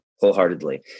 wholeheartedly